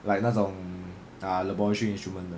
like 那种 ah laboratory instruments